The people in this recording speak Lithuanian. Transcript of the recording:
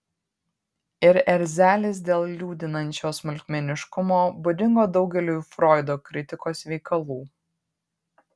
ir erzelis dėl liūdinančio smulkmeniškumo būdingo daugeliui froido kritikos veikalų